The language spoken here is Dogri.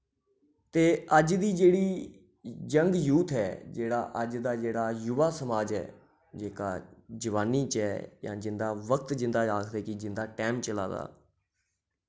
ते अज्ज दी जेह्ड़ी जंग यूथ ऐ जेह्ड़ा अज्ज दा जेह्ड़ा युवा समाज ऐ जेह्का जवानी च ऐ जां जिंदा वक्त जिंदा आखदे कि जिंदा टैम चला दा